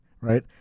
right